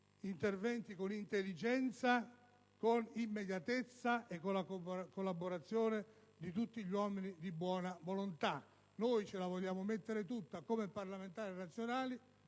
interventi con intelligenza e immediatezza e con la collaborazione di tutti gli uomini di buona volontà. Vogliamo mettercela tutta come parlamentari nazionali